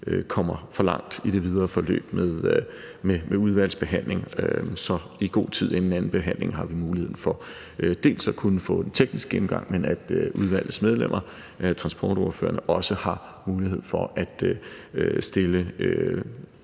kommer for langt i det videre forløb med udvalgsbehandlingen. Så i god tid inden andenbehandlingen har vi mulighed for dels at kunne få en teknisk gennemgang, dels at udvalgets medlemmer og transportordførerne også har mulighed for at stille